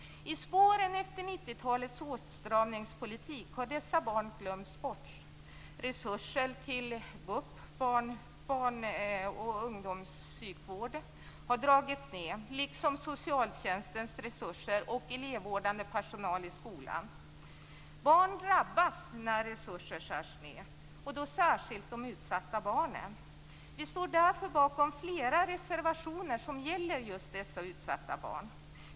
I spåren efter 90-talets åtstramningspolitik har dessa barn glömts bort. Resurser till BUP, barn och ungdomspsykvård, har dragits ned, liksom socialtjänstens resurser och elevvårdande personal i skolan. Barn drabbas när resurser skärs ned, särskilt de utsatta barnen. Vi står därför bakom flera reservationer som gäller just dessa utsatta barn.